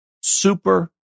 super